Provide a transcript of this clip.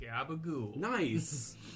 Nice